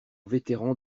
vétérans